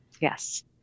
yes